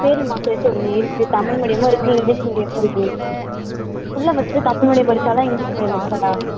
சரிம்மா சேர்த்துவுடுங்க இருக்கு தமிழ் மீடியமும் இருக்கு இங்கிலீஷ் மீடியமும் இருக்கு பிள்ள ஃபர்ஸ்ட்டு தமிழ் மீடியம் படிச்சாளா இங்கிலீஷ் மீடியம் படிச்சாளா